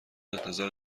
انتظار